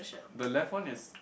the left one is